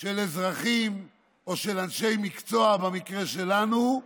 של אזרחים או של אנשי מקצוע, במקרה שלנו,